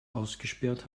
ausgesperrt